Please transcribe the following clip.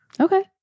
Okay